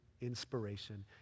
inspiration